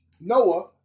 Noah